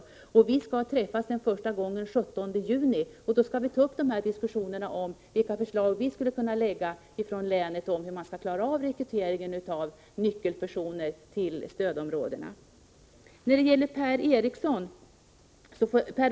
Utredningens ledamöter skall träffas för första gången den 17 juni, och då skall vi ta upp diskussioner om vilka förslag vi från länet skulle kunna lägga fram om hur man skall klara rekryteringen av nyckelpersoner till stödområdena. Så några ord till Per-Ola Eriksson.